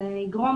זה יגרום,